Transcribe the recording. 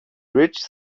rich